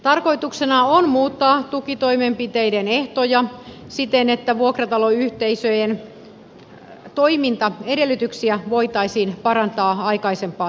tarkoituksena on muuttaa tukitoimenpiteiden ehtoja siten että vuokrataloyhteisöjen toimintaedellytyksiä voitaisiin parantaa aikaisempaa tehokkaammin